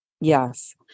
Yes